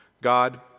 God